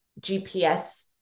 GPS